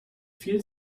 viel